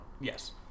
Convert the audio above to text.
Yes